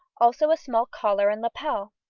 also a small collar and lapel.